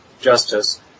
justice